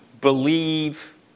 believe